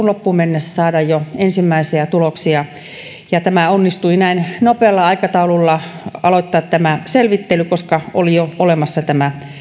loppuun mennessä saada ensimmäisiä tuloksia tämä onnistui näin nopealla aikataululla aloittaa tämä selvittely koska oli jo olemassa tämä